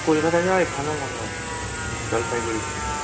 কলকাতা যাওয়াই ভালো মনে হচ্ছে জলপাইগুড়ির থেকে